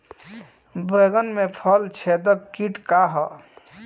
बैंगन में फल छेदक किट का ह?